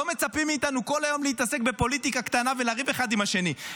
לא מצפים מאיתנו כל היום להתעסק בפוליטיקה קטנה ולריב אחד עם השני.